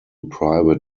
private